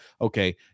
okay